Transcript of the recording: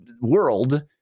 world